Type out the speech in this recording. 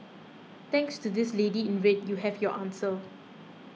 thanks to this lady in red you have your answer